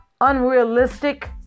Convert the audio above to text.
unrealistic